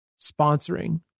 sponsoring